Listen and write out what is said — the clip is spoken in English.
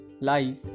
life